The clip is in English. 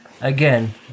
Again